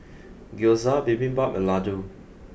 Gyoza Bibimbap and Ladoo